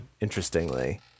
interestingly